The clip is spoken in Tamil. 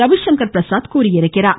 ரவி சங்கர் பிரசாத் தெரிவித்திருக்கிறார்